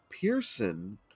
Pearson